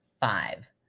five